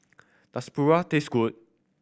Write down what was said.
does paru taste good